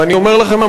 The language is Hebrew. ואני אומר לכם,